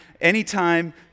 Anytime